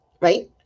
right